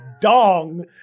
dong